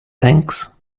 thanks